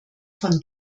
von